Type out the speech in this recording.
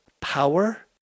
power